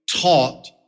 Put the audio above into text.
taught